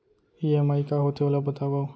EMI का होथे, ओला बतावव